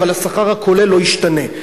אבל השכר הכולל לא ישתנה,